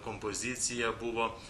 kompozicija buvo